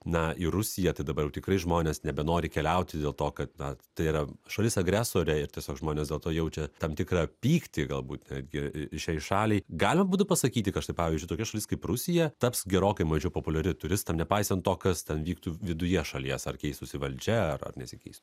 na į rusiją tai dabar jau tikrai žmonės nebenori keliauti dėl to na kad tai yra šalis agresorė ir tiesiog žmonės dėl to jaučia tam tikrą pyktį galbūt netgi ir šiai šaliai galima būtų pasakyti kad štai pavyzdžiui tokia šalis kaip rusija taps gerokai mažiau populiari turistam nepaisant to kas ten vyktų viduje šalies ar keistųsi valdžia ar ar nesikeis